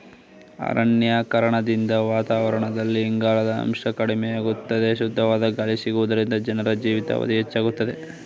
ಅರಣ್ಯೀಕರಣದಿಂದ ವಾತಾವರಣದಲ್ಲಿ ಇಂಗಾಲದ ಅಂಶ ಕಡಿಮೆಯಾಗುತ್ತದೆ, ಶುದ್ಧವಾದ ಗಾಳಿ ಸಿಗುವುದರಿಂದ ಜನರ ಜೀವಿತಾವಧಿ ಹೆಚ್ಚಾಗುತ್ತದೆ